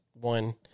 one